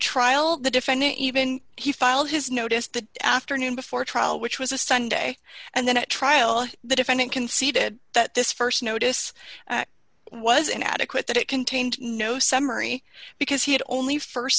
trial the defendant even he filed his notice the afternoon before trial which was a sunday and then a trial the defendant conceded that this st notice was inadequate that it contained no summary because he had only